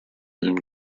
and